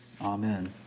Amen